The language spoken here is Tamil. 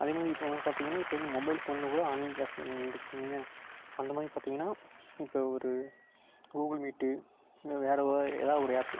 அதேமாதிரி இப்போ வந்து பார்த்திங்கன்னா இப்போ வந்து மொபைல் ஃபோன்லக்கூட ஆன்லைன் க்ளாஸ் நடந்துட்டு இருக்குதுங்க அந்த மாதிரி பார்த்திங்கன்னா இப்போ ஒரு கூகுள் மீட்டு இல்லை வேற எதாவது ஒரு ஆப்பு